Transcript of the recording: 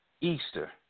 Easter